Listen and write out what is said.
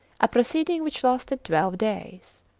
a proceeding which lasted twelve days.